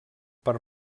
per